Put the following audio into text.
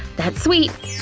that's sweet,